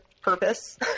purpose